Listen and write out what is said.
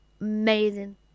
amazing